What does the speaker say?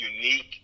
unique